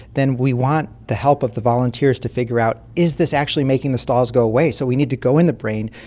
then we want to help of the volunteers to figure out is this actually making the stalls go away? so we need to go in the brain,